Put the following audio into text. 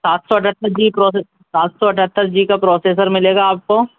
सात सौ अठहत्तर जी प्रौसेस सात सौ अठहत्तर जी का प्रौसेसर मिलेगा आप को